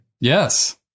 Yes